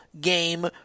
game